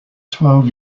twelve